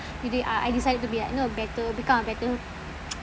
really uh I decided to be like you know better become a better